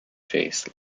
face